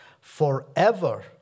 forever